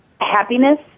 happiness